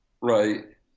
Right